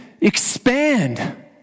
expand